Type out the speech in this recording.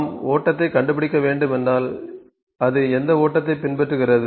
நாம் ஓட்டத்தைக் கண்டுபிடிக்க வேண்டும் என்றால் அது எந்த ஓட்டத்தைப் பின்பற்றுகிறது